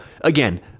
again